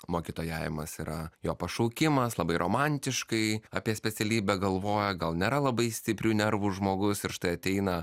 mokytojavimas yra jo pašaukimas labai romantiškai apie specialybę galvoja gal nėra labai stiprių nervų žmogus ir štai ateina